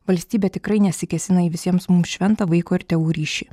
valstybė tikrai nesikėsina į visiems mums šventą vaiko ir tėvų ryšį